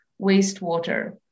wastewater